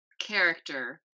character